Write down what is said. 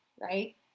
right